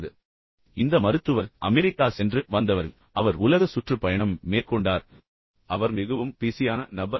இப்போது இந்த மருத்துவர் அமெரிக்கா சென்று வந்தவர் பின்னர் அவர் உலக சுற்றுப்பயணம் மேற்கொண்டார் அவர் மிகவும் பிஸியான நபர்